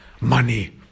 money